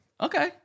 Okay